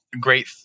great